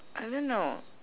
I don't know